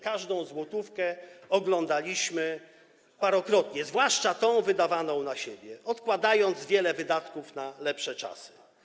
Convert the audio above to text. Każdą złotówkę oglądaliśmy parokrotnie, zwłaszcza tę wydawaną na siebie, odkładając wiele wydatków na lepsze czasy.